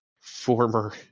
Former